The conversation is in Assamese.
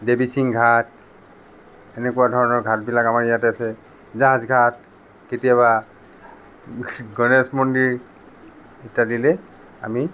দেৱীচিং ঘাট এনেকুৱা ধৰণৰ ঘাটবিলাক আমাৰ ইয়াত আছে জাহাজ ঘাট কেতিয়াবা গণেশ মন্দিৰ ইত্যাদিলৈ আমি